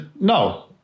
No